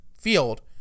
field